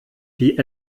die